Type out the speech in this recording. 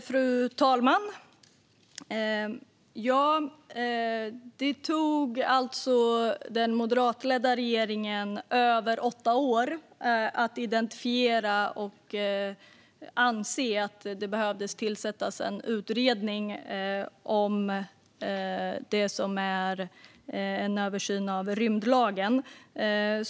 Fru talman! Det tog den moderatledda regeringen över åtta år att identifiera och komma fram till att det behövde tillsättas en utredning om en översyn av rymdlagen.